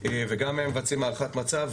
וגם הם מבצעים הערכת מצב,